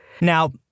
Now